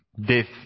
Death